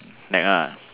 nag ah